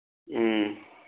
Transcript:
ꯎꯝ